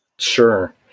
Sure